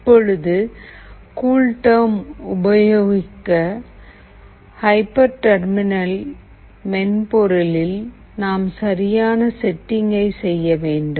இப்போது கூல்டெர்ம் உபயோகிக்க ஹைபர்டர்மினல் மென்பொருளில் நாம் சரியான செட்டிங் ஐ செய்ய வேண்டும்